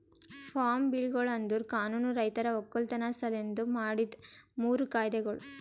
form ಬಿಲ್ಗೊಳು ಅಂದುರ್ ಕಾನೂನು ರೈತರ ಒಕ್ಕಲತನ ಸಲೆಂದ್ ಮಾಡಿದ್ದು ಮೂರು ಕಾಯ್ದೆಗೊಳ್